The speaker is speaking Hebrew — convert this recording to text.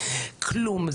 כלום.